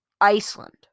Iceland